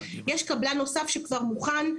יש קבלן נוסף שכבר מוכן,